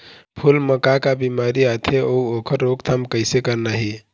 फूल म का का बिमारी आथे अउ ओखर रोकथाम कइसे करना हे?